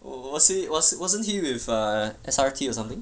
was he wasn't he with ah S_R_T or something